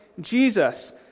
Jesus